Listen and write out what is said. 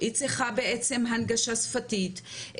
היא צריכה בעצם הנגשה שפתית,